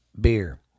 beer